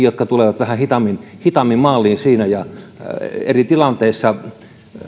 jotka tulevat vähän hitaammin hitaammin maaliin eri tilanteissa